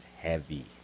heavy